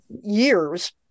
years